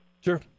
sure